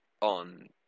on